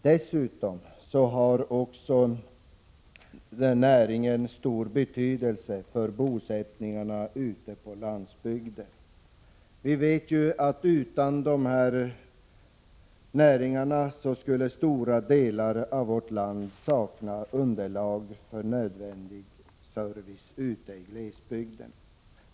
Dessutom har näringarna stor betydelse för bosättningarna ute på landsbygden. Vi vet att utan dessa näringar skulle stora delar av vårt land sakna underlag för nödvändig service ute i glesbygden.